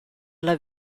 alla